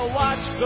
watch